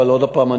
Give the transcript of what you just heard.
אבל עוד פעם,